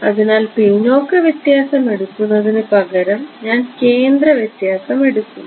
അതിനാൽപിന്നോക്ക വ്യത്യാസം എടുക്കുന്നതിനു പകരം ഞാൻ കേന്ദ്ര വ്യത്യാസം എടുക്കുന്നു